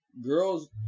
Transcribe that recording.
girls